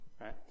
right